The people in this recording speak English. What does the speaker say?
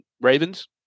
Ravens